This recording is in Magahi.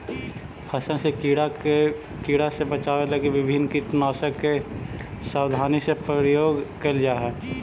फसल के कीड़ा से बचावे लगी विभिन्न कीटनाशक के सावधानी से प्रयोग कैल जा हइ